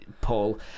paul